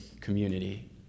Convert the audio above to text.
community